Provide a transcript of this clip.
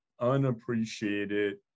unappreciated